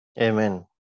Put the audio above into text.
Amen